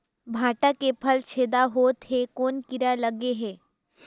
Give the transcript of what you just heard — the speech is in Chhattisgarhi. भांटा के फल छेदा होत हे कौन कीरा लगे हे?